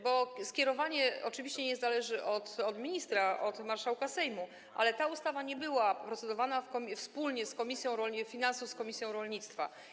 Bo skierowanie oczywiście zależy nie od ministra, tylko od marszałka Sejmu, ale ta ustawa nie była procedowana wspólnie przez komisję finansów i komisję rolnictwa.